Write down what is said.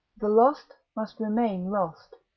the lost must remain lost.